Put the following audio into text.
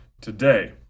today